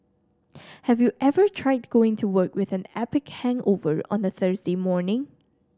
have you ever tried going to work with an epic hangover on a Thursday morning